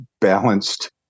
balanced